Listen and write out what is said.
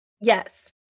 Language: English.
Yes